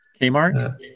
Kmart